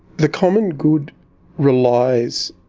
the common good relies,